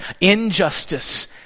injustice